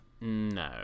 No